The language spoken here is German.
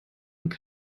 und